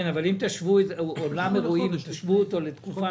אבל אם באולם אירועים תשוו לתקופה